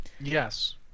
Yes